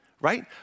right